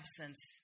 absence